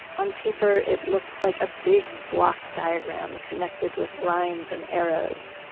on paper, it looks like a big block diagram connected with lines and arrows